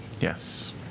Yes